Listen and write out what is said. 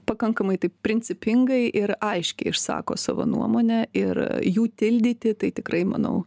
pakankamai taip principingai ir aiškiai išsako savo nuomonę ir jų tildyti tai tikrai manau